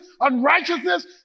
unrighteousness